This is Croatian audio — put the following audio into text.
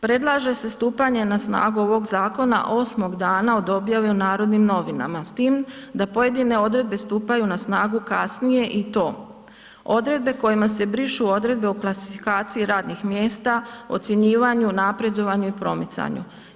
Predlaže se stupanje na snagu ovog Zakona 8. dana od objave u Narodnim novinama s time da pojedine odredbe stupaju na snagu kasnije i to odredbe kojima se brišu odredbe o klasifikaciji radnih mjesta, ocjenjivanju, napredovanju i promicanju.